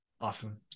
Awesome